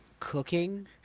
Cooking